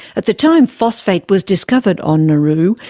at the time phosphate was discovered on nauru,